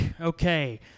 Okay